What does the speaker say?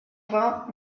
vingt